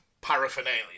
paraphernalia